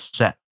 set